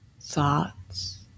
thoughts